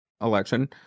election